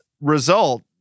result